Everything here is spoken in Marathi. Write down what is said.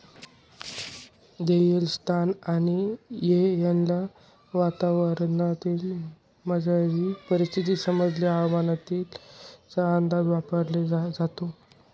देयेल स्थान आणि येळना वातावरणमझारली परिस्थिती समजाले हवामानना अंदाज वापराले जोयजे